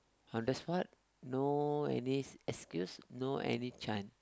on the spot no any excuse no any chance